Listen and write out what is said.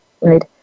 right